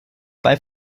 bei